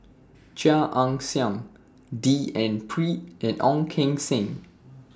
Chia Ann Siang D N Pritt and Ong Keng Sen